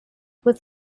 with